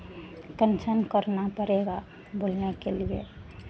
कनि सन करना पड़ेगा बोलने के लिए